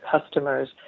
customers